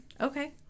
Okay